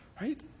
Right